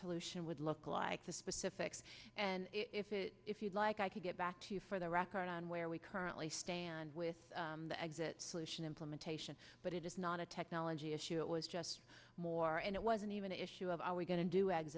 solution would look like the specifics and if if you'd like i could get back to you for the record on where we currently stand with the exit solution implementation but it is not a technology issue it was just more and it wasn't even an issue of are we going to do